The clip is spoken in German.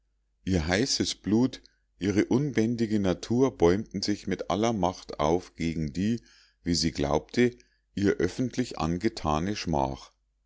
ihr heißes blut ihre unbändige natur bäumten sich mit aller macht auf gegen die wie sie glaubte ihr öffentlich angethane schmach